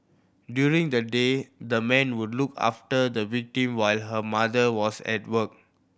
during the day the man would look after the victim while her mother was at work